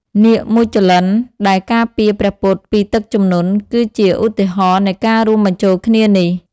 នាគមុចលិន្ទ ដែលការពារព្រះពុទ្ធពីទឹកជំនន់ គឺជាឧទាហរណ៍នៃការរួមបញ្ចូលគ្នានេះ។